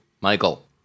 Michael